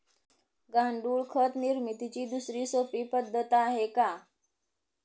गांडूळ खत निर्मितीची दुसरी सोपी पद्धत आहे का?